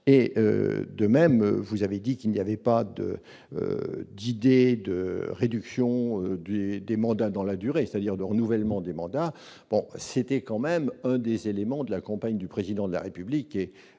et de même, vous avez dit qu'il n'y avait pas de d'idée de réduction du des mandats dans la durée, c'est-à-dire le renouvellement des mandats, bon, c'était quand même un des éléments de la compagne du président de la République et